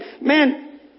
man